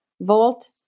Volt